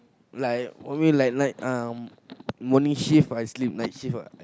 like always like night morning shift I sleep night shift what